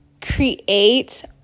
create